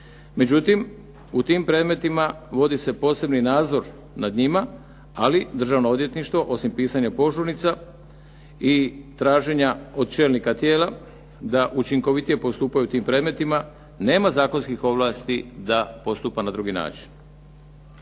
Međutim, u tim predmetima vodi se posebni nadzor nad njima, ali Državno odvjetništvo osim pisanja požurnica i traženja od čelnika tijela da učinkovitije postupaju u tim predmetima. Nema zakonskih ovlasti da postupa na drugi način.